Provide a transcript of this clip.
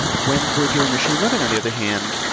when we're doing machine learning on the other hand,